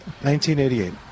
1988